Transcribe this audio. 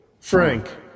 Frank